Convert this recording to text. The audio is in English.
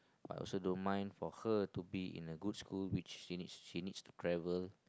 I also don't mind for her to be in a good school which she needs she needs to travel